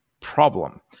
problem